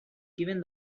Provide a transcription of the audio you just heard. given